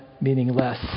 meaningless